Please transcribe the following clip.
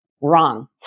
wrong